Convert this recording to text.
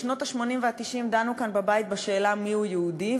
בשנות ה-80 וה-90 דנו כאן בבית בשאלה מיהו יהודי,